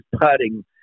putting